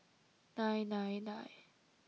nine nine nine